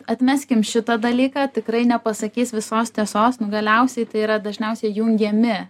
atmeskim šitą dalyką tikrai nepasakys visos tiesos nu galiausiai tai yra dažniausiai jungiami